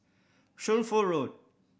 Shunfu Road